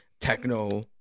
techno